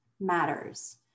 matters